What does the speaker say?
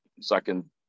second